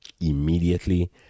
immediately